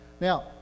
Now